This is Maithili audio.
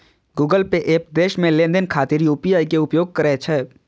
गूगल पे एप देश मे लेनदेन खातिर यू.पी.आई के उपयोग करै छै